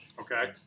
Okay